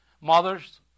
Mothers